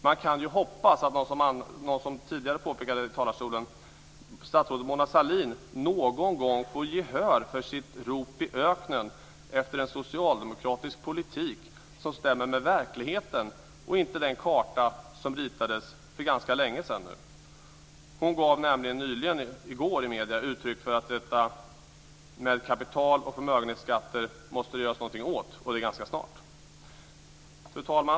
Man kan hoppas, som någon påpekade tidigare i talarstolen, att statsrådet Mona Sahlin någon gång får gehör för sitt rop i öknen efter en socialdemokratisk politik som stämmer med verkligheten och inte den karta som ritades för ganska länge sedan. Hon gav nämligen i går i medierna uttryck för att det måste göras någonting åt detta med kapital och förmögenhetsskatter, och det ganska snart. Fru talman!